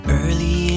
early